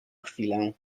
chwilę